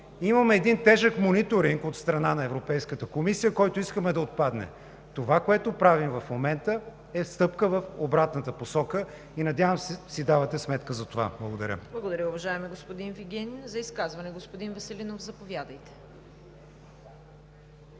имаме един тежък мониторинг от страна на Европейската комисия, който искаме да отпадне. Това, което правим в момента, е стъпка в обратната посока. Надявам се, си давате сметка за това. Благодаря. ПРЕДСЕДАТЕЛ ЦВЕТА КАРАЯНЧЕВА: Благодаря, уважаеми господин Вигенин. За изказване, господин Веселинов, заповядайте.